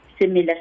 similar